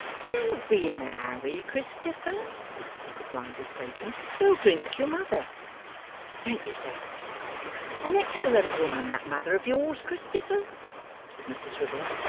don't be in a hurry, christopher replied his patron, we'll drink your mother thank you, sir an excellent woman that mother of yours, christopher said mr swiveller.